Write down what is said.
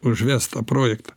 užvest tą projektą